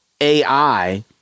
AI